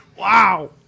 Wow